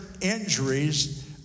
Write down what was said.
injuries